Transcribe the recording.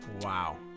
Wow